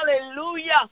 Hallelujah